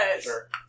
Sure